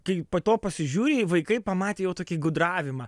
kai po to pasižiūri vaikai pamatę jau tokį gudravimą